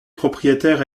propriétaire